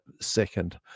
second